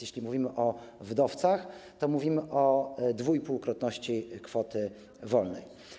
Jeśli więc mówimy o wdowcach, to mówimy o dwuipółkrotności kwoty wolnej.